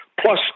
plus